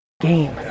game